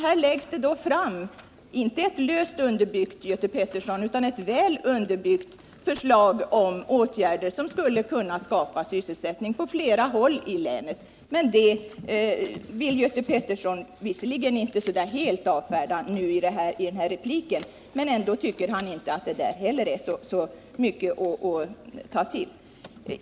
Här läggs nu fram ett — inte löst underbyggt, Göte Pettersson, utan ett väl underbyggt — förslag om åtgärder, som skulle kunna skapa sysselsättning på flera håll i länet. Det förslaget vill Göte Pettersson inte helt avfärda i sin replik, men han tycker inte att det är så mycket att ta till.